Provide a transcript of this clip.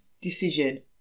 decision